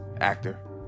actor